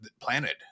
planted